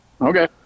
Okay